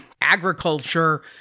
agriculture